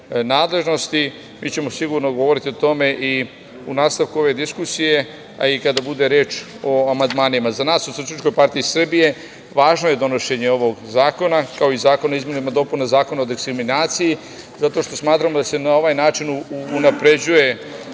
Mi ćemo sigurno govoriti o tome i u nastavku ove diskusije, a i kada bude reč o amandmanima.Za nas u SPS važno je donošenje ovog zakona, kao i Zakona o izmenama i dopunama Zakona o diskriminaciji, zato što smatramo da se na ovaj način unapređuje